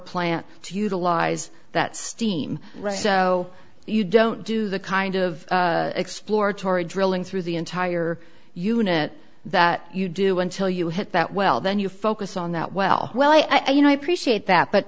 plant to utilize that steam so you don't do the kind of exploratory drilling through the entire unit that you do until you hit that well then you focus on that well well i you know i appreciate that but